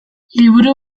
liburu